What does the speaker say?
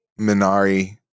Minari